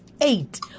eight